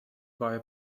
via